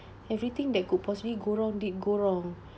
everything that could possibly go wrong did go wrong